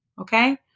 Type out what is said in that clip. Okay